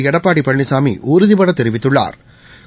எடப்பாடிபழனிசாமிஉறுதிப்படதெரிவித்துள்ளாா்